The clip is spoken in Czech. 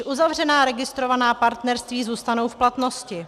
Již uzavřená registrovaná partnerství zůstanou v platnosti.